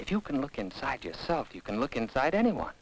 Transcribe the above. think you can look inside yourself you can look inside anyone